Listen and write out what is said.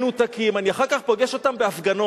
מנותקים, אחר כך אני פוגש אותם בהפגנות.